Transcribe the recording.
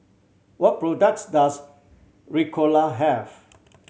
what products does Ricola have